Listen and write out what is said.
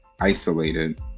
isolated